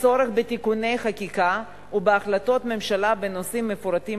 הצורך בתיקוני חקיקה ובהחלטות ממשלה בנושאים המפורטים